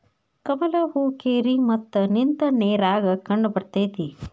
ಕಮಲ ಹೂ ಕೆರಿ ಮತ್ತ ನಿಂತ ನೇರಾಗ ಕಂಡಬರ್ತೈತಿ